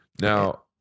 Now